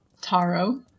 Taro